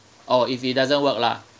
oh if it doesn't work lah